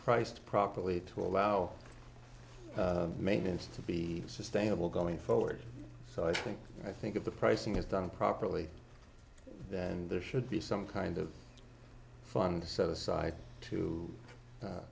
priced properly to allow maintenance to be sustainable going forward so i think i think of the pricing is done properly and there should be some kind of fun to set aside to